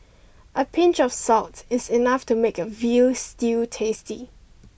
a pinch of salt is enough to make a veal stew tasty